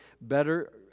better